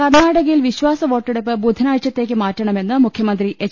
കർണാടകയിൽ വിശ്വാസവോട്ടെടുപ്പ് ബുധനാഴ്ചത്തേക്ക് മാറ്റ ണമെന്ന് മുഖ്യമന്ത്രി എച്ച്